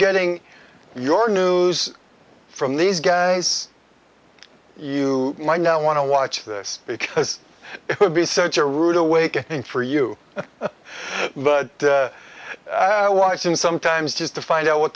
getting your news from these guys you might now want to watch this because it would be such a rude awakening for you but i watch them sometimes just to find out what